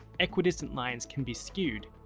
equidistant lines can be skewed,